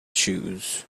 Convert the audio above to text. choose